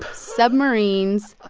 submarines,